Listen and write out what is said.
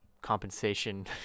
compensation